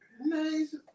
Nice